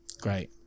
Great